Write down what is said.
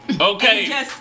Okay